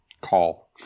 call